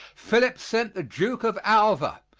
philip sent the duke of alva,